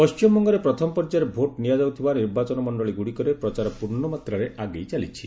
ପଣ୍ଟିମବଙ୍ଗରେ ପ୍ରଥମ ପର୍ଯ୍ୟାୟରେ ଭୋଟ୍ ନିଆଯାଉଥିବା ନିର୍ବାଚନ ମଣ୍ଡଳୀ ଗୁଡ଼ିକରେ ପ୍ରଚାର ପ୍ରର୍ଷମାତ୍ରାରେ ଆଗେଇ ଚାଲିଛି